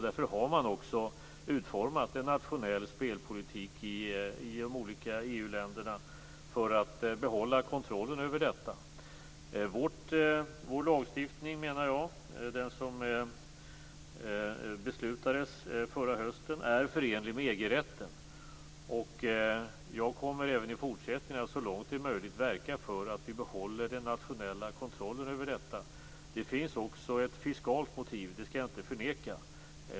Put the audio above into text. Därför har man också utformat en nationell spelpolitik i de olika EU-länderna för att behålla kontrollen över spelverksamheten. Vår lagstiftning, som beslutades förra hösten, är förenlig med EG-rätten. Jag kommer även i fortsättningen att så långt det är möjligt verka för att vi behåller den nationella kontrollen över spelandet. Det finns också ett fiskalt motiv, det skall jag inte förneka.